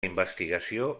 investigació